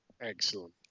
Excellent